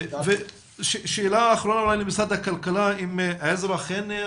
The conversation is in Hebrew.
שאלה אחרונה למשרד הכלכלה, לעזרא חן.